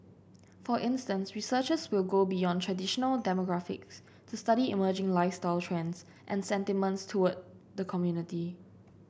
for instance researchers will go beyond traditional demographics to study emerging lifestyle trends and sentiments towards the community